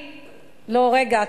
רגע,